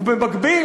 ובמקביל,